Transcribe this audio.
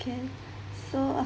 can so